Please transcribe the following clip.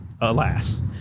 alas